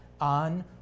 on